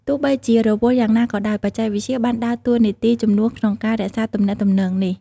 ទោះបីជារវល់យ៉ាងណាក៏ដោយ បច្ចេកវិទ្យាបានដើរតួនាទីជំនួសក្នុងការរក្សាទំនាក់ទំនងនេះ។